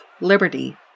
liberty